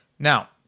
Now